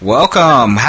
Welcome